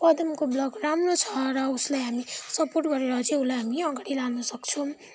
पदमको blog राम्रो छ र उसलाई हामी सपोर्ट गरेर चाहिँ उसलाई हामी अगाडि लानसक्छौँ